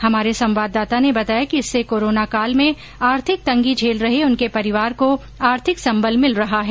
हमारे संवाददाता ने बताया कि इससे कोरोना काल में आर्थिक तंर्गी झेल रहे उनके परिवार को आर्थिक संबल मिल रहा है